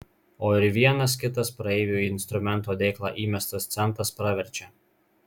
o ir vienas kitas praeivių į instrumento dėklą įmestas centas praverčia